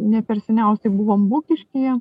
ne per seniausiai buvom bukiškyje